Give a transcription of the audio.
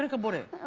like about it.